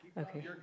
Okay